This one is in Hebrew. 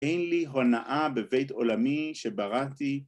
‫אין לי הונאה בבית עולמי שבראתי...